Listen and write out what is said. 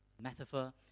metaphor